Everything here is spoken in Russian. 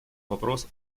вопрос